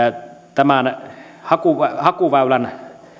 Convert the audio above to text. tämän hakuväylän